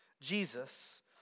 Jesus